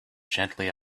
gently